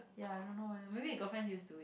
ya I don't know eh maybe his girlfriend used to it